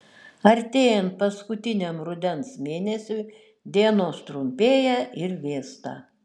artėjant paskutiniam rudens mėnesiui dienos trumpėja ir vėsta